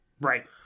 right